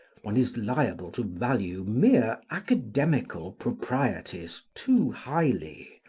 one is liable to value mere academical proprieties too highly,